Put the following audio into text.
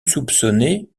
soupçonné